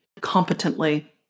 competently